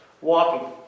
Walking